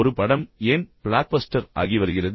ஒரு படம் ஏன் பிளாக்பஸ்டர் ஆகி வருகிறது